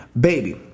baby